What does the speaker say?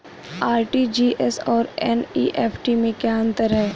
RTGS और NEFT में क्या अंतर है?